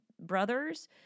brothers